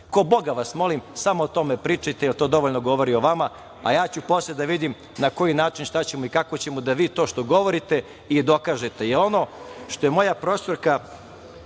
Ko Boga vas molim, samo o tome pričajte, jer to dovoljno govori o vama, a ja ću posle da vidim na koji način, šta ćemo i kako ćemo da vi to što govorite i dokažete,